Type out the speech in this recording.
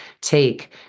take